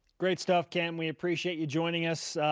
great stuff, cam. we appreciate you joining us.